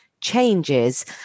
changes